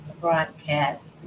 broadcast